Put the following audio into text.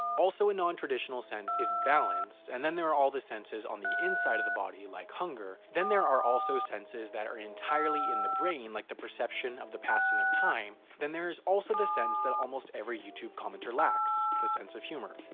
also a non-traditional sense is balance and then there are all the senses on the inside of the body like hunger, then there are also senses that are entirely in the brain like the perception of the passing of time, then there is also the sense that almost every youtube commenter lacks the sense of humor.